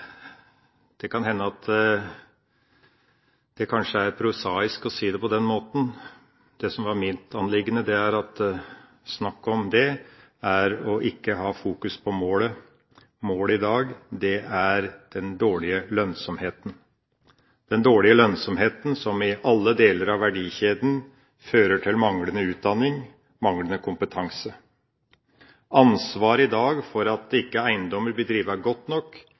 Det kan hende at det kanskje er prosaisk å si det på den måten. Det som var mitt anliggende, var at snakk om det er å ikke ha fokus på målet. Målet i dag er den dårlige lønnsomheten, som i alle deler av verdikjeden fører til manglende utdanning, manglende kompetanse. Ansvaret for at eiendommer ikke blir drevet godt nok i dag, ligger først og fremst i denne salen ved at vi ikke